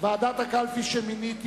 תיגש ועדת הקלפי שמיניתי,